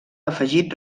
afegit